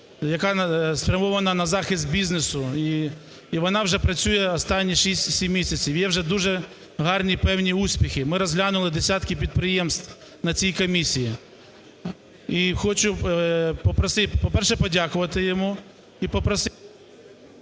яка спрямована на захист бізнесу і вона вже працює останні 6-7 місяців. Є вже дуже гарні певні успіхи, ми розглянули десятки підприємств на цій комісії. І хочу попросити, по-перше, подякувати йому